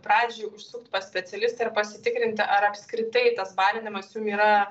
pradžiai užsukt pas specialistą ir pasitikrinti ar apskritai tas balinimas jum yra